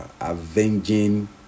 avenging